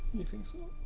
you think so?